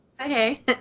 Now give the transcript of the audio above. Hey